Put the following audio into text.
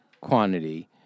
quantity